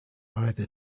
either